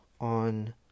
on